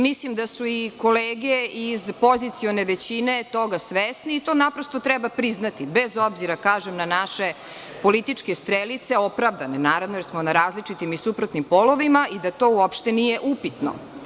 Mislim da su i kolege iz pozicione većine toga svesni i to naprosto treba priznati bez obzira, kažem, na naše političke strelice, opravdano naravno, jer smo na različitim suprotnim polovima i da to uopšte nije upitno.